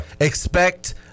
expect